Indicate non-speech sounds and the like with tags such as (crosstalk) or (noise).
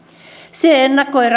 se ennakoi (unintelligible)